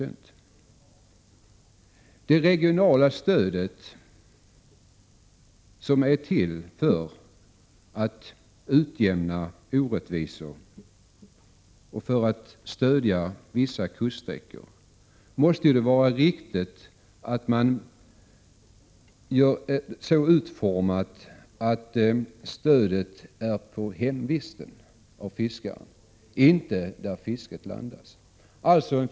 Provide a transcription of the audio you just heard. Det måste vara riktigt att det regionala stödet, som är till för att utjämna orättvisor och för att stödja vissa kuststräckor, utformas så att stödet grundas på fiskarens hemvist — inte på var någonstans fisken landas.